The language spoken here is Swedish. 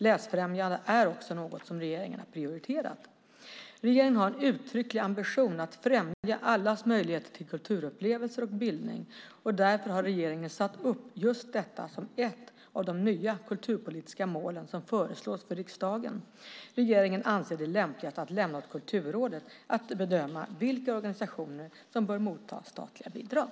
Läsfrämjande är också något som regeringen har prioriterat. Regeringen har en uttrycklig ambition att främja allas möjlighet till kulturupplevelser och bildning. Därför har regeringen satt upp just detta som ett av de nya kulturpolitiska mål som föreslås för riksdagen. Regeringen anser det lämpligast att lämna åt Kulturrådet att bedöma vilka organisationer som bör motta statliga bidrag.